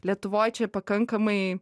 lietuvoj čia pakankamai